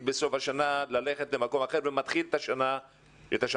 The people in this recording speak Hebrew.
בסוף השנה ללכת למקום אחר ומתחיל את השנה מחדש.